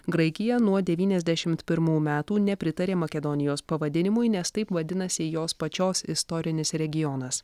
graikija nuo devyniasdešimt pirmų metų nepritarė makedonijos pavadinimui nes taip vadinasi jos pačios istorinis regionas